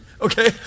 okay